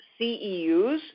CEUs